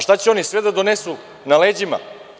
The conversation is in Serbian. Šta će oni sve da donesu na leđima?